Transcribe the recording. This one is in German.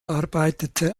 arbeitete